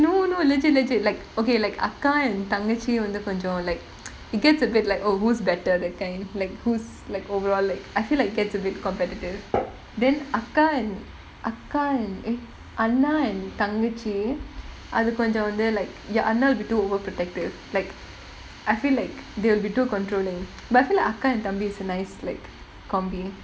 no no legit legit like okay like அக்கா:akka and தங்கச்சி வந்து கொஞ்சம்:thankachi vanthu konjam like it gets a bit like oh who's better that kind like who's like overall like I feel like it gets a bit competitive then அக்கா:akka and அக்கா:akka and eh அண்ணா:annaa and தங்கச்சி அது கொஞ்சம் வந்து:thankachi athu konjam vanthu like your அண்ணா:annaa will be too overprotective like I feel like they'll be too controlling but I feel like அக்கா:akka and தம்பி:thambi is a nice like combination